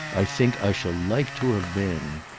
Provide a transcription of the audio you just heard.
i think i shall like to have been!